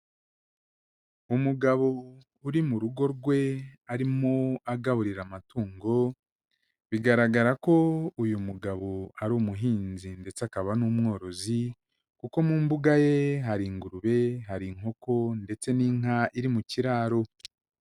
Umugabo uri mu rugo rwe arimo agaburira amatungo, bigaragara ko uyu mugabo ari umuhinzi ndetse akaba n'umworozi kuko mu mbuga ye hari ingurube, hari inkoko ndetse n'inka iri mu kiraro.